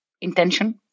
intention